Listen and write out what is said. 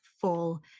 full